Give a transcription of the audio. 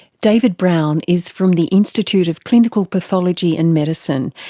david brown is from the institute of clinical pathology and medicine,